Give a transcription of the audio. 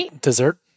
dessert